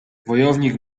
wojownik